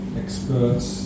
experts